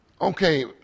okay